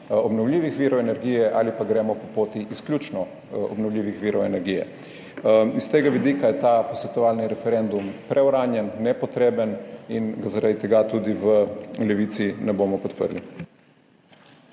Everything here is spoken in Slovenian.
obnovljivih virov energije ali pa gremo po poti izključno obnovljivih virov energije. S tega vidika je ta posvetovalni referendum preuranjen, nepotreben in ga zaradi tega tudi v Levici ne bomo podprli.